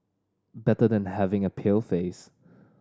better than having a pale face